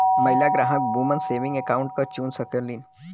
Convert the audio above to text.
महिला ग्राहक woman saving account क चुन सकलीन